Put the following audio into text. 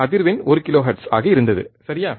அதிர்வெண் ஒரு கிலோஹெர்ட்ஸ் ஆக இருந்தது சரியா